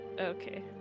Okay